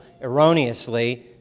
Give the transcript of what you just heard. erroneously